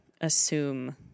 assume